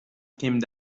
came